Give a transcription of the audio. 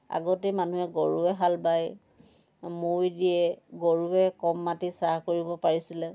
আগতে মানুহে গৰু এহাল বায় মৈ দিয়ে গৰুৱে কম মাটি চাহ কৰিব পাৰিছিলে